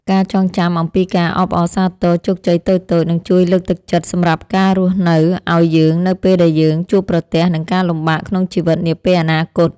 ការចងចាំអំពីការអបអរសាទរជោគជ័យតូចៗនឹងជួយលើកទឹកចិត្តសម្រាប់ការរស់នៅឱ្យយើងនៅពេលដែលយើងជួបប្រទះនឹងការលំបាកក្នុងជីវិតនាពេលអនាគត។